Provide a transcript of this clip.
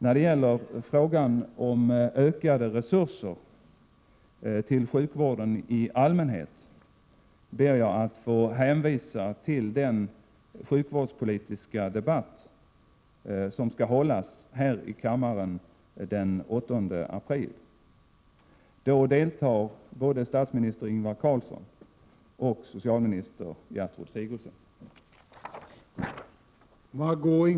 När det gäller frågan om ökade resurser till sjukvården i allmänhet ber jag att få hänvisa till den sjukvårdspolitiska debatt som skall hållas här i kammaren den 8 april. Då deltar både statsminister Ingvar Carlsson och socialminister Gertrud Sigurdsen.